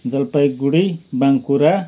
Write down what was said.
Jalpaiguri Bankura